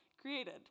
Created